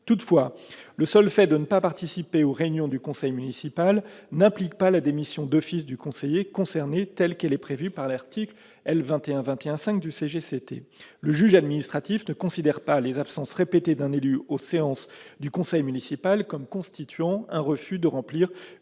Toutefois, le seul fait de ne pas participer aux réunions du conseil municipal n'implique pas la démission d'office du conseiller concerné, telle qu'elle est prévue à l'article L. 2121-5 du CGCT. Le juge administratif ne considère pas que les absences répétées d'un élu aux séances du conseil municipal constituent un refus de remplir